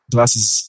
Glasses